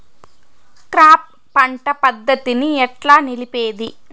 Crop పంట పద్ధతిని ఎట్లా నిలిపేది?